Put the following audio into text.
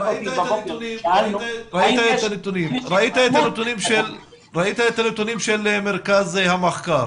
ראית את הנתונים של מרכז המחקר